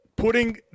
Putting